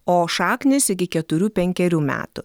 o šaknys iki keturių penkerių metų